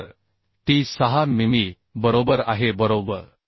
तर t 6 मिमी बरोबर आहे बरोबर